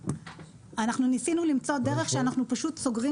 אנחנו ניסינו למצוא דרך שאנחנו פשוט סוגרים